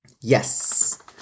Yes